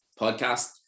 podcast